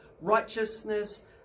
righteousness